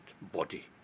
body